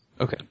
Okay